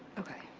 okay.